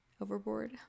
overboard